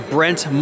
Brent